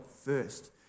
first